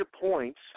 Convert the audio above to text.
points